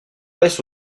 laisse